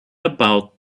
about